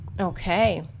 Okay